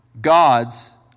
gods